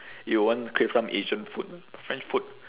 you will want crave some asian food lah french food